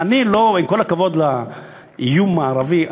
עם כל הכבוד לאיום הערבי,